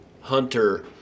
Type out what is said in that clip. hunter